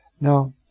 Now